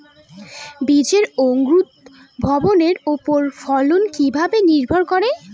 বীজের অঙ্কুর ভবনের ওপর ফলন কিভাবে নির্ভর করে?